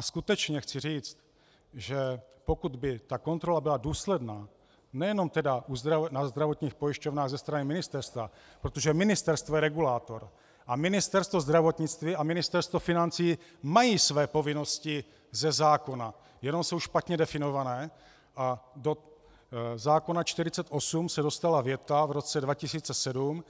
A skutečně chci říct, že pokud by kontrola byla důsledná, nejenom na zdravotních pojišťovnách ze strany ministerstva protože ministerstvo je regulátor, a Ministerstvo zdravotnictví a Ministerstvo financí mají své povinnosti ze zákona, jenom jsou špatně definované a do zákona 48 se dostala věta v roce 2007,